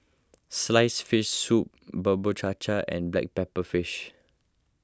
Sliced Fish Soup Bubur Cha Cha and Black Pepper Fish